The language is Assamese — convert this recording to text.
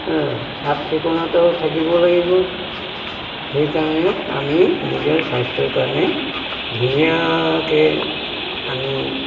চাফ চিকুণতাও থাকিব লাগিব সেইকাৰণে আমি নিজৰ স্বাস্থ্যৰ কাৰণে ধুনীয়াকে আমি